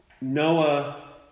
Noah